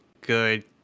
good